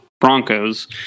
Broncos